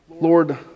Lord